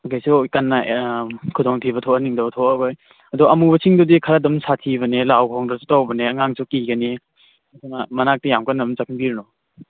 ꯀꯩꯁꯨ ꯀꯟꯅ ꯈꯨꯗꯣꯡꯊꯤꯕ ꯊꯣꯛꯍꯟꯅꯤꯡꯗꯕ ꯊꯣꯛꯂꯀꯂꯣꯏ ꯑꯗꯣ ꯑꯃꯨꯕꯁꯤꯡꯗꯨꯗꯤ ꯈꯔ ꯑꯗꯨꯝ ꯁꯥꯊꯤꯕꯅꯦ ꯂꯥꯎ ꯈꯣꯡꯗꯅꯁꯨ ꯇꯧꯕꯅꯦ ꯑꯉꯥꯡꯁꯨ ꯀꯤꯒꯅꯤ ꯑꯗꯨꯅ ꯃꯅꯥꯛꯇ ꯌꯥꯝ ꯀꯟꯅ ꯑꯗꯨꯝ ꯆꯪꯕꯤꯔꯨꯅꯨ